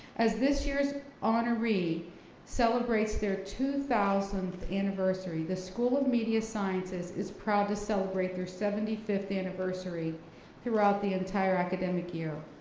as this year's honoree celebrates their two thousandth anniversary, the school of media sciences is proud to celebrate their seventy fifth anniversary throughout the entire academic year.